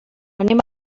anem